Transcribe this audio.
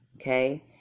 okay